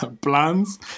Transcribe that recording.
plans